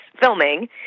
filming